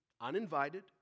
uninvited